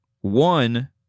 One